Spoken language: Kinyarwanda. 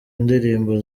ndirimbo